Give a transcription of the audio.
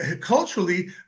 culturally